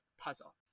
puzzle